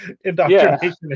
indoctrination